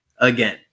again